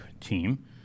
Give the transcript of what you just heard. team